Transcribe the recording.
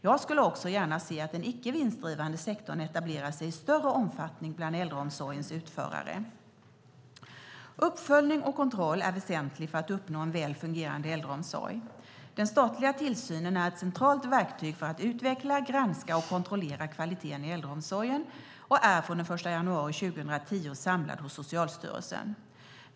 Jag skulle också gärna se att den icke vinstdrivande sektorn etablerar sig i större omfattning bland äldreomsorgens utförare. Uppföljning och kontroll är väsentlig för att uppnå en väl fungerande äldreomsorg. Den statliga tillsynen är ett centralt verktyg för att utveckla, granska och kontrollera kvaliteten i äldreomsorgen och är från den 1 januari 2010 samlad hos Socialstyrelsen.